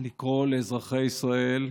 לקרוא לאזרחי ישראל,